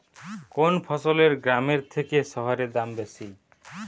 কোন ফসলের গ্রামের থেকে শহরে দাম বেশি?